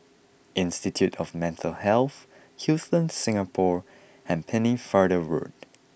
Institute of Mental Health Hilton Singapore and Pennefather Road